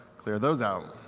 clear those out.